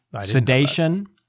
sedation